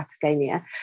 Patagonia